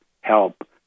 help